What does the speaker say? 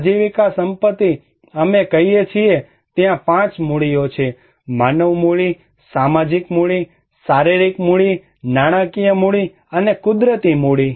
આજીવિકા સંપત્તિ અમે કહીએ છીએ કે ત્યાં 5 મૂડીઓ છે માનવ મૂડી સામાજિક મૂડી શારીરિક મૂડી નાણાકીય મૂડી અને કુદરતી મૂડી